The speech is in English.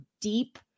deep